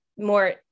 more